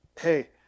hey